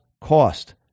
cost